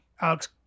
Alex